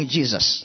Jesus